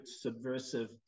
subversive